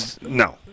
No